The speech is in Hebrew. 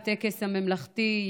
בטקס הממלכתי,